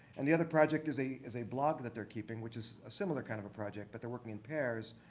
and the other project is a is a blog that they're keeping, which is a similar kind of a project but they're working in pairs.